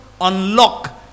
unlock